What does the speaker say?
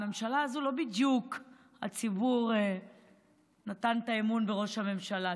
בממשלה הזו לא בדיוק הציבור נתן את האמון בראש הממשלה,